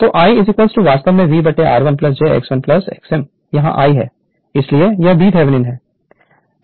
तो I वास्तव में v r1 j x1 x m यह I है इसलिए यह b Thevenin है